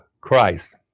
Christ